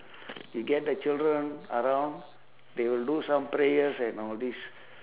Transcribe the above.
you get the children around they will do some prayers and all this